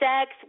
sex